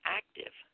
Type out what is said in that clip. active